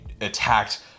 attacked